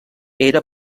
era